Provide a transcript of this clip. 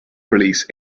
release